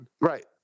Right